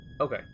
okay